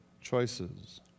choices